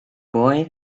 boy